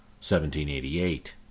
1788